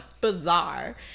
bizarre